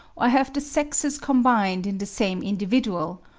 or have the sexes combined in the same individual,